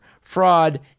fraud